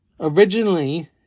Originally